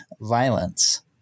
violence